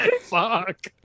fuck